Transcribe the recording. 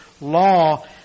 law